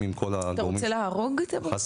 עם כל הגורמים -- אתה רוצה 'להרוג' את הפרויקט?